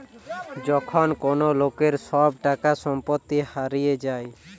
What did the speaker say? যখন কোন লোকের সব টাকা সম্পত্তি হারিয়ে যায়